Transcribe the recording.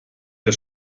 der